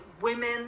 women